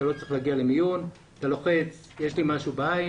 אתה לא צריך למיון אלא אתה לוחץ ואומר שיש לך משהו בעין.